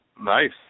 Nice